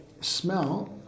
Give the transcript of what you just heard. smell